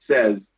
says